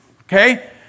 okay